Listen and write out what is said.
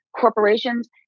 corporations